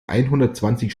einhundertzwanzig